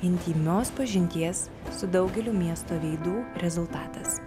intymios pažinties su daugeliu miesto veidų rezultatas